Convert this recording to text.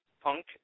Punk